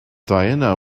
diana